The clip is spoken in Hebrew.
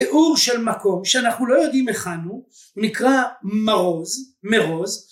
‫תיאור של מקום שאנחנו לא יודעים היכן הוא, ‫נקרא מרוז, מרוז.